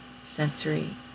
sensory